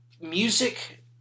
music